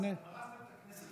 הרסתם את הכנסת.